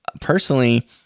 personally